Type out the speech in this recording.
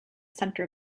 center